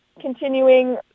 continuing